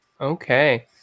Okay